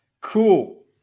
cool